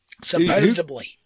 Supposedly